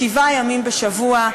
שבעה ימים בשבוע,